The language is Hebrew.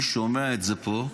אני שומע את זה פה,